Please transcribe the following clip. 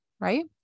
right